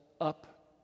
up